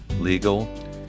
legal